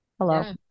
hello